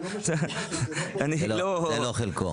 זה לא חלקי.